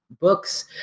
books